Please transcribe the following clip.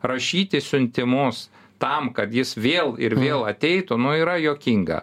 rašyti siuntimus tam kad jis vėl ir vėl ateitų nu yra juokinga